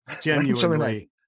genuinely